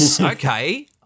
okay